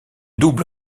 double